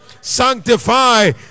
sanctify